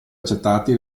accettati